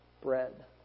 bread